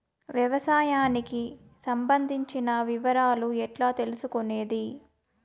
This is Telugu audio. వ్యవసాయానికి సంబంధించిన వివరాలు ఎట్లా తెలుసుకొనేది?